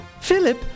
philip